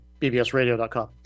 bbsradio.com